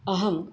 अहं